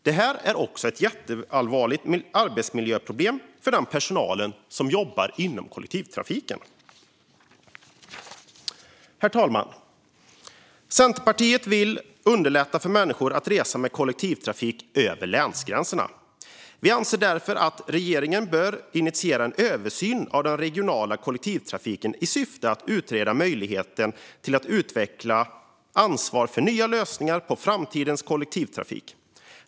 Det här är ett allvarligt arbetsmiljöproblem för personalen som jobbar inom kollektivtrafiken. Herr talman! Centerpartiet vill underlätta för människor att resa med kollektivtrafik över länsgränserna. Vi anser därför att regeringen bör initiera en översyn av den regionala kollektivtrafiken i syfte att utreda möjligheten till att utveckla ansvaret för nya lösningar på framtidens kollektivtrafik.